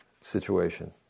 situation